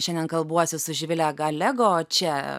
šiandien kalbuosi su živile galego čia